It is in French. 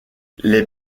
les